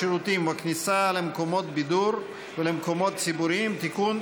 בשירותים ובכניסה למקומות בידור ולמקומות ציבוריים (תיקון,